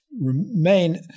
remain